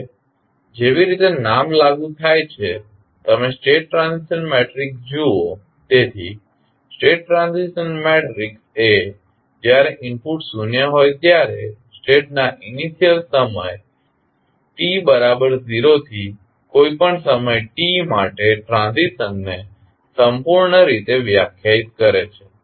હવે જેવી રીતે નામ લાગુ થાય છે તમે સ્ટેટ ટ્રાન્ઝિશન મેટ્રિક્સ જુઓ તેથી સ્ટેટ ટ્રાન્ઝિશન મેટ્રિક્સ એ જ્યારે ઇનપુટ્સ શૂન્ય હોય ત્યારે સ્ટેટના ઇનિશિયલ સમય t બરાબર 0 થી કોઇ પણ સમય t માટે ટ્રાન્ઝિશનને સંપૂર્ણ રીતે વ્યાખ્યાયિત કરે છે